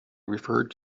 referred